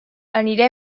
aniré